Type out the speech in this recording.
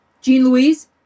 Jean-Louise